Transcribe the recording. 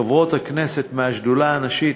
חברות הכנסת מהשדולה הנשית,